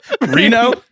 Reno